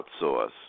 outsource